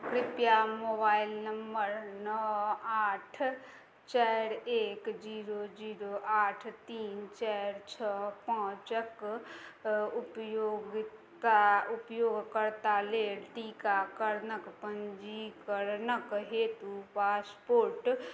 कृपया mobile number नओ आठ चारि एक जीरो जीरो आठ तीन चारि छओ पाँचक उपयोगता उपयोगकर्ता लेल टीकाकरणक पञ्जीकरणक हेतु पासपोर्ट